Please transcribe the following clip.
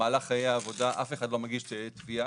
במהלך חיי העבודה אף אחד לא מגיש תביעה,